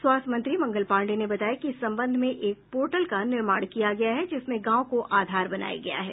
स्वास्थ्य मंत्री मंगल पांडेय ने बताया कि इस संबंध में एक पोर्टल का निर्माण किया गया है जिसमें गांव को आधार बनाया गया है